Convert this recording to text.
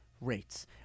rates